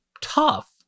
tough